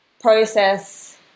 process